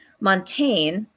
Montaigne